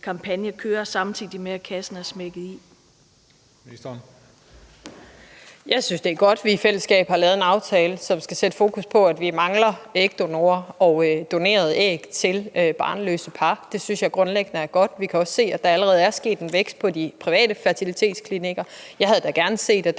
Sundhedsministeren (Ellen Trane Nørby): Jeg synes, det er godt, at vi i fællesskab har lavet en aftale, som skal sætte fokus på, at vi mangler ægdonorer og donerede æg til barnløse par. Det synes jeg grundlæggende er godt. Vi kan også se, at der allerede er sket en vækst på de private fertilitetsklinikker. Jeg havde da gerne set, at